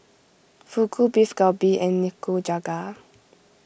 Fugu Beef Galbi and Nikujaga